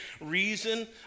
reason